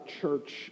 church